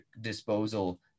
disposal